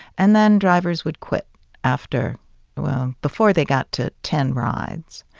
and then drivers would quit after well before they got to ten rides.